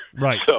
Right